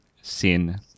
sin